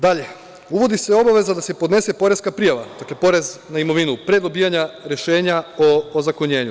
Dalje, uvodi se obaveza da se podnese poreska prijava, dakle, porez na imovinu pre dobijanja rešenja o ozakonjenju.